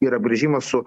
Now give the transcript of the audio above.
yra brėžimas su